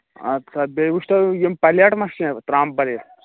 اَدٕ سا بیٚیہِ وٕچھتو یِم پَلیٹ مہ چھِ کیٚنہہ ترٛامہٕ پَلیٹ